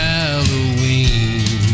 Halloween